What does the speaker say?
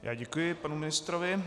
Já děkuji panu ministrovi.